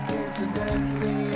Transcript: incidentally